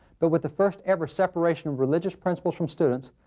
but with the first ever separation of religious principles from students,